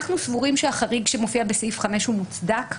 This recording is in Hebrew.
אנחנו סבורים שהחריג שמופיע בסעיף 5 הוא מוצדק,